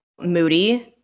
moody